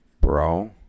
Bro